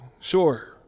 Sure